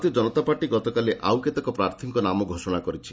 ଭାରତୀୟ ଜନତା ପାର୍ଟି ଗତକାଲି ଆଉ କେତେକ ପ୍ରାର୍ଥୀଙ୍କ ନାମ ଘୋଷଣା କରିଛି